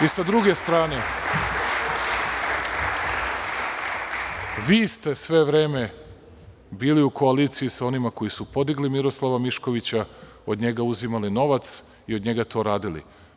I sa druge strane, vi ste sve vreme bili u koaliciji sa onima koji su podigli Miroslava Miškovića, od njega uzimali novac i od njega to radili.